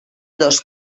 dos